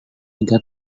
tiga